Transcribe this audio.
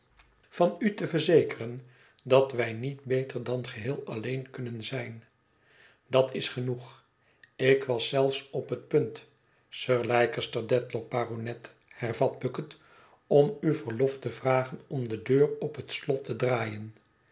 van u te verzekeren dat wij niet beter dan geheel alleen kunzijn dat is genoeg ik was zelfs op het punt sir leicester dedlock baronet hervat bucket om u verlof te vragen om de deur op het slot te draaien